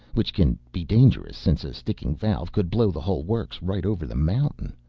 which can be dangerous since a sticking valve could blow the whole works right over the mountain.